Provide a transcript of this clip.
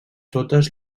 totes